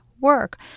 work